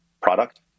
product